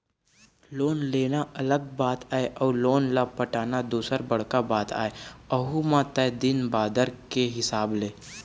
loan लेना अलग बात आय अउ लोन ल पटाना दूसर बड़का बात आय अहूँ म तय दिन बादर के हिसाब ले